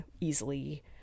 easily